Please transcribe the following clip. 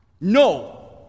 no